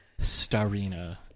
Starina